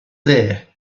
there